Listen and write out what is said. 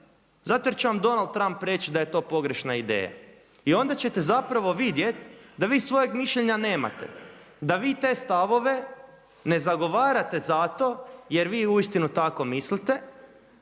Zato jer će vam Donald Trump reći da je to pogrešna ideja. I onda ćete zapravo vidjeti da vi svojeg mišljenja nemate, da vi te stavove ne zagovarate zato jer vi uistinu tako mislite,